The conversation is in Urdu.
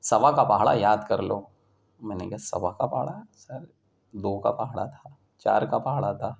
سوا کا پہاڑا یاد کر لو میں نے کہا سوا کا پہاڑا سر دو کا پہاڑا تھا چار کا پہاڑا تھا